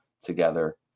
together